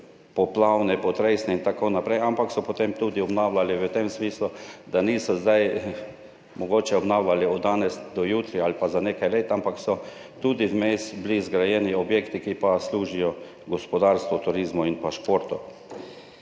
poplavne, potresne in tako naprej, ampak so potem tudi obnavljali v tem smislu, da niso zdaj mogoče obnavljali od danes do jutri ali pa za nekaj let, ampak so bili vmes zgrajeni tudi objekti, ki služijo gospodarstvu, turizmu in športu.